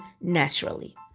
naturally